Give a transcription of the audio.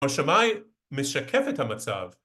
‫השמים משקף את המצב.